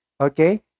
okay